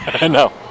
No